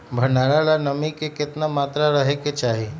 भंडारण ला नामी के केतना मात्रा राहेके चाही?